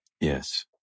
Yes